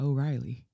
O'Reilly